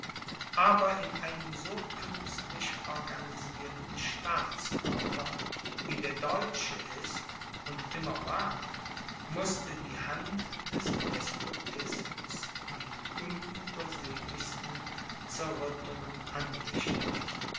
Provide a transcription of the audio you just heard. aber in einem so künstlich organisierten staatskörper wie der deutsche ist und immer war mußte die hand des despotismus die unübersehlichsten zerrüttungen anrichten